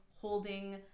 holding